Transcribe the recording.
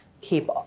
keep